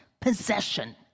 possession